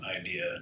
idea